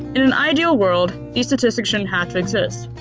in an ideal world these statistics shouldn't have to exist.